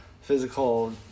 physical